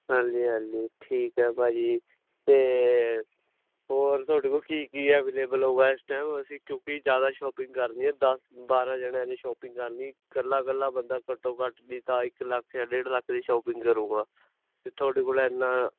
ਹਾਂਜੀ ਹਾਂਜੀ ਠੀਕ ਹੈ ਭਾਅ ਜੀ ਤੇ ਹੋਰ ਤੁਹਾਡੇ ਕੋਲ ਕੀ ਕੀ ਹੈ ਅਵੇਲੇਬਲ ਹੋਗਾ ਇਸ ਟਾਈਮ ਅਸੀਂ ਕਿਉਂਕੀ ਜਿਆਦਾ ਸ਼ੋਪਿੰਗ ਕਰਨੀ ਦਸ ਬਾਰਾਂ ਜਣਿਆ ਦੀ ਸ਼ੋਪਿੰਗ ਕਰਨੀ ਕੱਲਾ ਕੱਲਾ ਬੰਦਾ ਘੱਟੋ ਘੱਟ ਦੀ ਤਾਂ ਇਕ ਲੱਖ ਡੇਢ ਲੱਖ ਦੀ ਸ਼ੋਪਿੰਗ ਕਰੂਗਾ ਤੇ ਤੁਹਾਡੇ ਕੋਲ ਐਨਾ